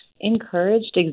encouraged